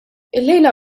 illejla